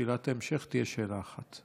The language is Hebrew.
שאלת ההמשך תהיה שאלה אחת.